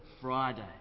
Friday